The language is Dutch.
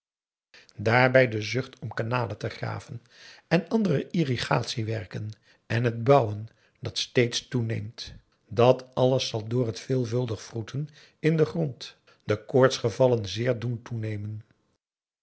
daarbij de zucht om kanalen te graven en andere irrigatiewerken en het bouwen dat steeds toeneemt dat alles zal door t veelvuldig wroeten in den grond de koortsgevallen zeer doen toenemen